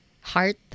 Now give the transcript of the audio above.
heart